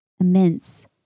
immense